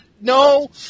No